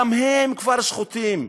גם הם כבר סחוטים,